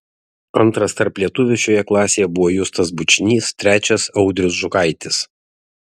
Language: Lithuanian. antras tarp lietuvių šioje klasėje buvo justas bučnys trečias audrius žukaitis